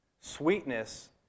Sweetness